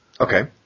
Okay